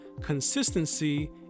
consistency